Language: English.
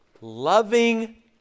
loving